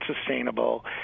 sustainable